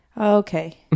Okay